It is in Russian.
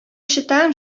считаем